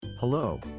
Hello